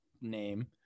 name